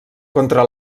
contra